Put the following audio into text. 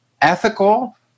ethical